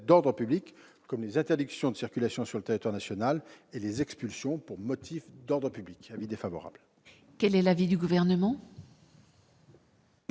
d'ordre public, comme les interdictions de circulation sur le territoire national et les expulsions pour motif d'ordre public. Quel est l'avis du Gouvernement ?